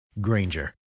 Granger